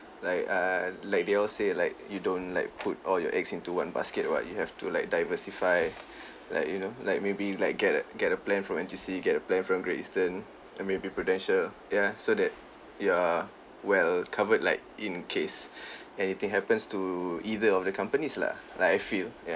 like err like they all say like you don't like put all your eggs into one basket what you have to like diversify like you know like maybe like get a get a plan from N_T_U_C get a plan from Great Eastern and maybe Prudential ya so that you're well covered like in case anything happens to either of the companies lah like I feel ya